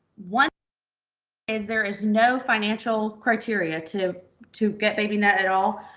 one is there is no financial criteria to to get babynet at all.